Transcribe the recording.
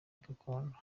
gakondo